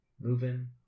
Moving